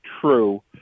true